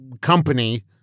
company